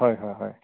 হয় হয় হয়